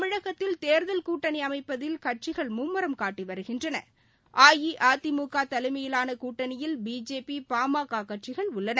தமிழகத்தில் தேர்தல் கூட்டணி அமைப்பதில் கட்சிகள் மும்முரம் காட்டி வருகின்றன அஇஅதிமுக தலைமையிலான கூட்டணியில் பிஜேபி பாமக கட்சிகள் உள்ளன